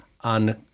On